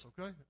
okay